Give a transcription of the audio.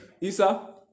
Isa